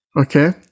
Okay